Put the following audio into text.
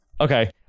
Okay